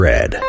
Red